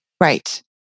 right